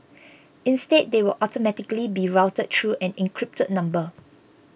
instead they will automatically be routed through an encrypted number